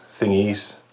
thingies